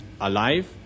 Alive